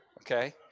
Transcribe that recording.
Okay